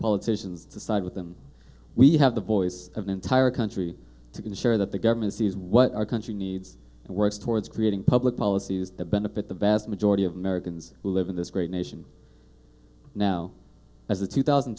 politicians to side with them we have the voice of an entire country to ensure that the government sees what our country needs and works towards creating public policies that benefit the vast majority of americans who live in this great nation now as the two thousand